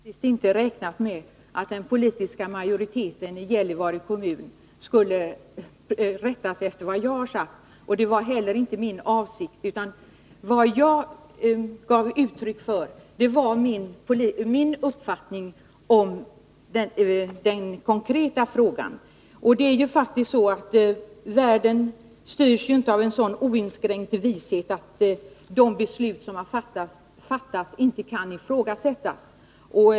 Herr talman! Jag har faktiskt inte räknat med att den politiska majoriteten i Gällivare kommun skulle rätta sig efter vad jag har sagt. Det var heller inte min avsikt, utan vad jag gav uttryck för var min uppfattning om den konkreta frågan. Världen styrs ju faktiskt inte av en sådan oinskränkt vishet att de beslut som fattas inte kan ifrågasättas.